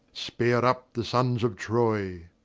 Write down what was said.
sperr up the sons of troy.